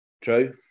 True